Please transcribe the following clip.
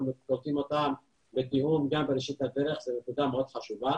אנחנו קולטים אותם בראשית הדרך וזו נקודה מאוד חשובה